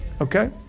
Okay